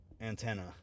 antenna